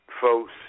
folks